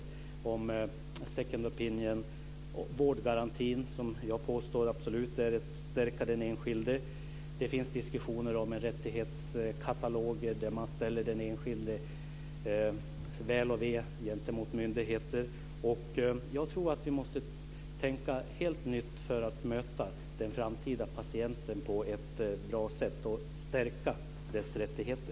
Det handlar om second opinion och vårdgarantin, som jag påstår absolut stärker den enskilda. Det finns diskussioner om en rättighetskatalog där man ställer den enskildes väl och ve gentemot myndigheter. Jag tror att vi måste tänka helt nytt för att möta den framtida patienten på ett bra sätt och stärka patientens rättigheter.